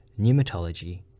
Pneumatology